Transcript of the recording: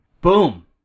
boom